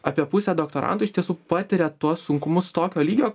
apie pusė doktorantų iš tiesų patiria tuos sunkumus tokio lygio